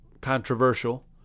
controversial